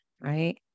right